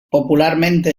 popularmente